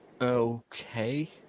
Okay